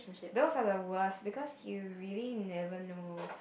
those are the worst because you really never know